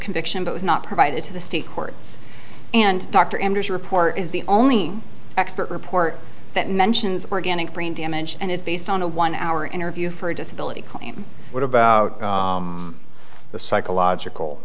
conviction but was not provided to the state courts and dr anderson report is the only expert report that mentions organic brain damage and is based on a one hour interview for a disability claim what about the psychological